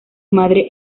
madre